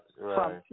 right